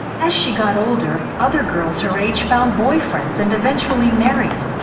as she got older other girls her age found boyfriends and eventually married.